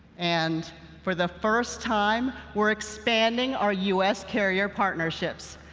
and for the first time, we're expanding our us carrier partnerships.